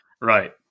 right